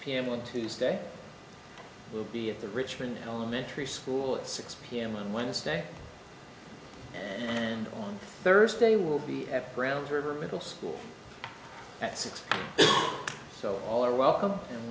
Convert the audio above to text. pm on tuesday will be at the richmond elementary school at six pm on wednesday and on thursday will be at ground river middle school at six so all are welcome